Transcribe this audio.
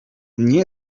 nie